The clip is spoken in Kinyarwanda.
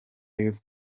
youth